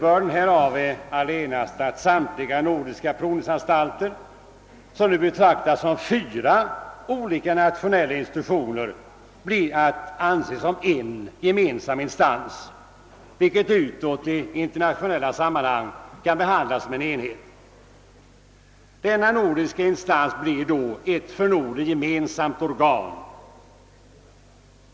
Följden blir allenast att samtliga nordiska provningsanstalter, som nu betraktas som fyra olika nationella institutioner, är att anse som en gemensam instans, vilken utåt i internationella sammanhang kan behandlas som en enhet. Denna nordiska instans blir då ett för Norden gemensamt organ.